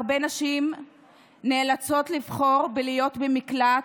הרבה נשים נאלצות לבחור בלהיות במקלט,